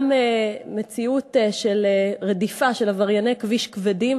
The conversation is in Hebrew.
גם מציאות של רדיפה של עברייני כביש כבדים,